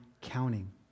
counting